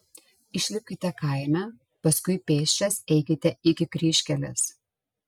išlipkite kaime paskui pėsčias eikite iki kryžkelės